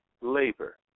Labor